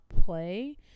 play